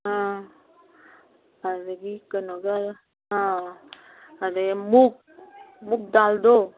ꯑꯥ ꯑꯗꯒꯤ ꯀꯩꯅꯣꯒ ꯑꯥ ꯑꯗꯩ ꯃꯨꯛ ꯃꯨꯛ ꯗꯥꯜꯗꯣ